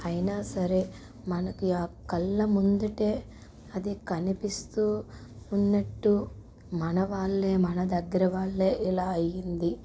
అయినా సరే మనకి ఆ కళ్ళ ముందటే అది కనిపిస్తూ ఉన్నట్టు మనవాళ్ళే మన దగ్గర వాళ్ళే ఇలా అయ్యింది